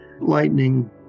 lightning